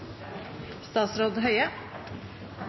statsråd